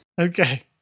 Okay